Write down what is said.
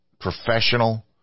professional